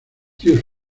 tíos